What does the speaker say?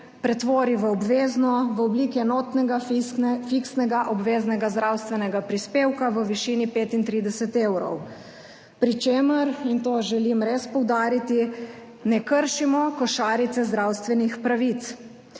pretvori v obvezno v obliki enotnega fiksnega obveznega zdravstvenega prispevka v višini 35 evrov, pri čemer, in to želim res poudariti, ne kršimo košarice zdravstvenih pravic.